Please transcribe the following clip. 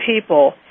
people